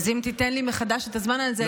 אז אם תיתן לי מחדש את הזמן הזה,